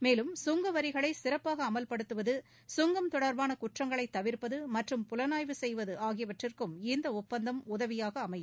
மேலும் சுங்க வரிகளை சிறப்பாக அமவ்படுத்துவது கங்கம் தொடர்பான குற்றங்களை தவிர்ப்பது மற்றும் புலனாய்வு செய்வது ஆகியவற்றுக்கும் இந்த ஒப்பந்தம் உதவியாக அமையும்